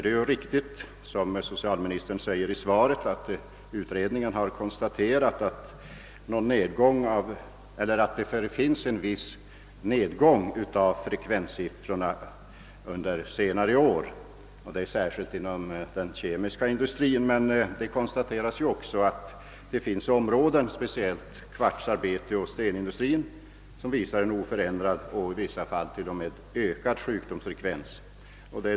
Det är riktigt som socialministern påpekar i svaret, att utredningen konstaterat att någon nedgång av frekvenssiffrorna skett under senare år, särskilt inom den kemiska industrin. Men det konstateras också att det finns områden — inom kvartsoch stenindustrin — som uppvisar en oförändrad och t.o.m. ökad sjukdomsfrekvens.